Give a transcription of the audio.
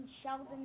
Sheldon